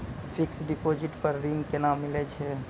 Fixed deposit पर ऋण केना मिलै छै?